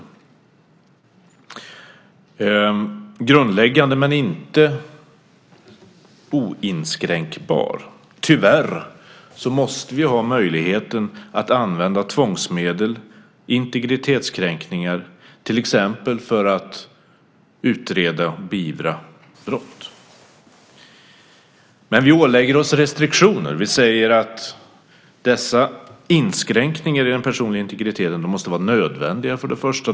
Det är grundläggande men inte oinskränkbart. Tyvärr måste vi ha möjligheten att använda tvångsmedel, integritetskränkningar, till exempel för att utreda och beivra brott. Men vi ålägger oss restriktioner. Vi säger att dessa inskränkningar i den personliga integriteten först och främst måste vara nödvändiga.